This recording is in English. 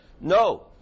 No